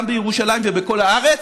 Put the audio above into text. גם בירושלים ובכל הארץ,